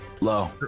Low